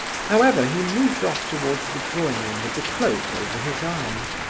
however, he moved off towards the drawing-room with the cloak over his arm.